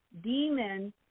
demon